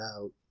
out